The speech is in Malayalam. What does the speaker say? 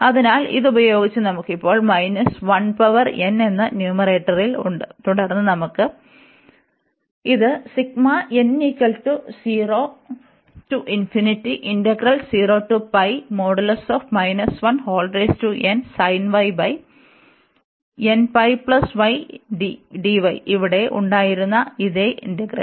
അതിനാൽ ഇത് ഉപയോഗിച്ച് നമുക്ക് ഇപ്പോൾ മൈനസ് 1 പവർ n എന്ന ന്യൂമറേറ്ററിൽ ഉണ്ട് തുടർന്ന് നമുക്ക് ഇത് ഇവിടെ ഉണ്ടായിരുന്ന അതേ ഇന്റഗ്രൽ